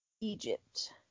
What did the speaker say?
Egypt